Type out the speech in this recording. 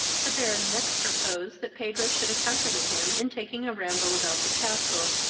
the baron next proposed that pedro should accompany him, in taking a ramble about the castle,